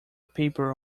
paper